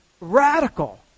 radical